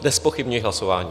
Nezpochybňuji hlasování.